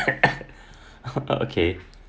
okay